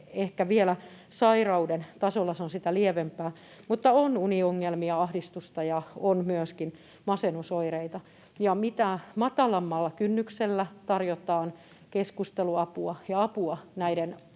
sairauden tasolla, se on sitä lievempää, mutta on uniongelmia, ahdistusta, ja on myöskin masennusoireita, [Paula Risikon välihuuto] ja mitä matalammalla kynnyksellä tarjotaan keskusteluapua ja apua näiden